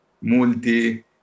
multi